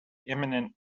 imminent